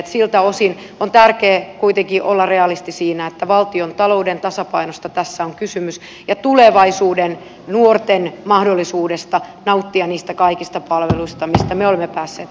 siltä osin on tärkeää kuitenkin olla realisti siinä että valtiontalouden tasapainosta tässä on kysymys ja tulevaisuuden nuorten mahdollisuudesta nauttia niistä kaikista palveluista joista me olemme päässeet nauttimaan